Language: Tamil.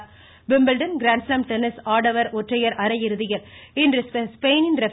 டென்னிஸ் விம்பிள்டன் கிராண்ட்ஸ்லாம் டென்னிஸ் ஆடவர் ஒற்றையர் அரையிறுதியில் இன்று ஸ்பெயினின் ர